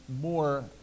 more